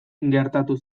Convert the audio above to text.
gertatu